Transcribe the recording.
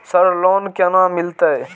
Sir loan केना मिलते?